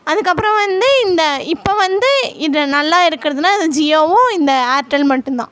அதுக்கப்புறம் வந்து இந்த இப்போ வந்து இதை நல்லா இருக்கிறதுனா இந்த ஜியோவும் இந்த ஏர்டெல் மட்டுந்தான்